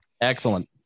Excellent